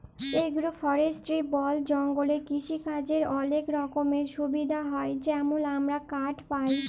agro forestry বল জঙ্গলে কিসিকাজের অলেক রকমের সুবিধা হ্যয় যেমল আমরা কাঠ পায়